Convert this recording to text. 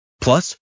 Plus